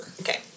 Okay